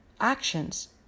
actions